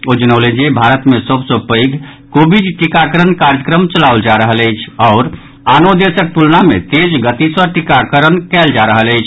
ओ जनौलनि जे भारत मे सभ सँ पैघ कोविड टीकाकरण कार्यक्रम चलाओल जा रहल अछि आओर आनो देशक तुलना मे तेज गति सँ टीकाकरण कयल जा रहल अछि